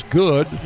good